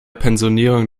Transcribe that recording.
pensionierung